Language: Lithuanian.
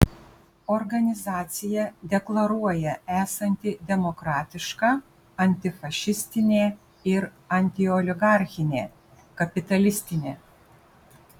organizacija deklaruoja esanti demokratiška antifašistinė ir antioligarchinė kapitalistinė